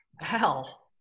Hell